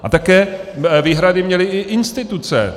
A také výhrady měly i instituce.